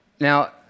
Now